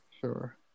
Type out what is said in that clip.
Sure